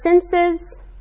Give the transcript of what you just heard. senses